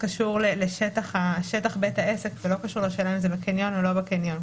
קשור לשטח בית העסק ולא קשור לשאלה אם זה בקניון או לא בקניון.